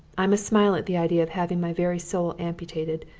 i must smile at the idea of having my very soul amputated,